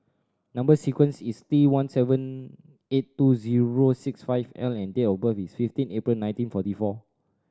number sequence is T one seven eight two zero six five L and date of birth is fifteen April nineteen forty four